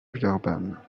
villeurbanne